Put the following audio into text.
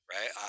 right